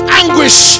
anguish